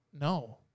No